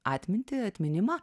atmintį atminimą